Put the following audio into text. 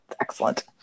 excellent